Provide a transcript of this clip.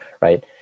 right